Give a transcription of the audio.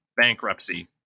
bankruptcy